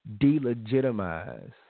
delegitimize